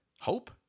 hope